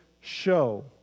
show